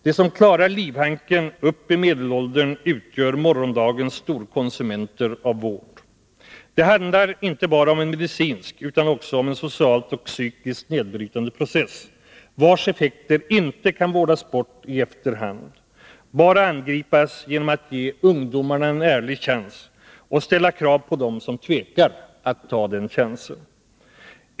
De som klarar livhanken upp i medelåldern utgör morgondagens storkonsumenter av vård. Det handlar inte bara om en medicinsk utan också om en socialt och psykiskt nedbrytande process, vars effekter inte kan vårdas bort i efterhand, bara angripas genom att man ger ungdomarna en ärlig chans och ställer krav på dem som tvekar att ta den chansen.